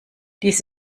dies